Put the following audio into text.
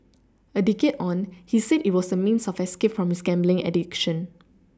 a decade on he said it was a means of escape from his gambling addiction